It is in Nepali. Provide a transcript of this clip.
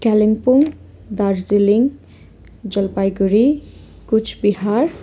कालिम्पोङ दार्जिलिङ जलपाइगुडी कुचबिहार